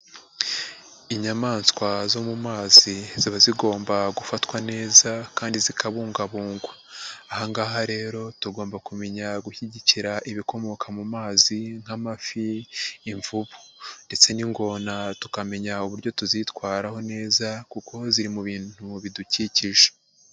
Inyamaswa zo mu mazi ziba zigomba gufatwa neza kandi zikabungabungwa, aha ngaha rero tugomba kumenya gushyigikira ibikomoka mu mazi nk'amafi, imvubu ndetse n'ingona tukamenya uburyo tuzitwaraho neza kuko ziri mu bintu bidukikije.